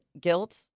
guilt